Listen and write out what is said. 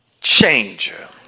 changer